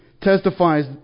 testifies